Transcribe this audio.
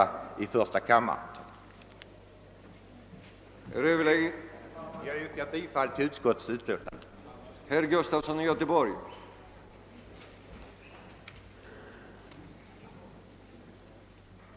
Jag yrkar bifall till utskottets hemställan.